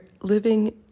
living